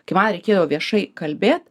kai man reikėjo viešai kalbėt